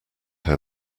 how